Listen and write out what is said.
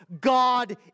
God